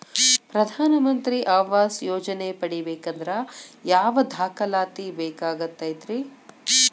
ಪ್ರಧಾನ ಮಂತ್ರಿ ಆವಾಸ್ ಯೋಜನೆ ಪಡಿಬೇಕಂದ್ರ ಯಾವ ದಾಖಲಾತಿ ಬೇಕಾಗತೈತ್ರಿ?